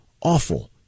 awful